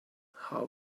how